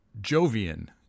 Jovian